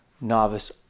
novice